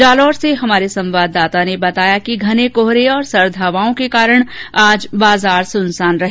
जालौर से हमार से हमारे संवाददाता ने बताया कि घने कोहरे और सर्द हवाओ के कारण आज बाजार सुनसान रहे